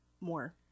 more